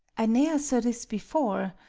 i ne'er saw this before.